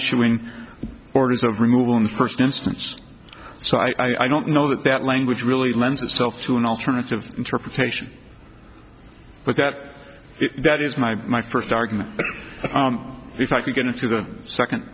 issuing orders of removal in the first instance so i don't know that that language really lends itself to an alternative interpretation but that that is my my first argument if i could get into the second